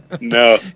No